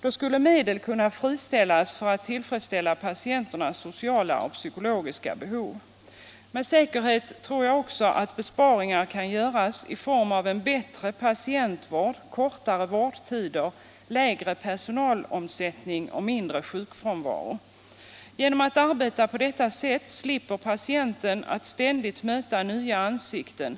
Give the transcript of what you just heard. Då skulle medel kunna friställas för att tillfredsställa patienternas sociala och psykologiska behov. Med säkerhet kan också besparingar göras i form av bättre patientvård, kortare vårdtider, lägre personalomsättning och mindre sjukfrånvaro. Genom att personalen arbetar på detta sätt slipper patienten ständigt möta nya ansikten.